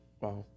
Wow